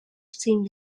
seeing